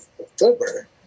October